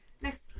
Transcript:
next